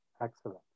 excellent